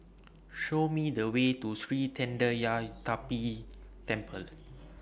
Show Me The Way to Sri Thendayuthapani Temple